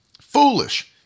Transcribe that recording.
Foolish